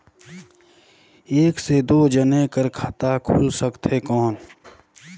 एक से दो जने कर खाता खुल सकथे कौन?